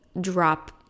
drop